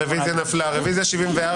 הרביזיה נדחתה.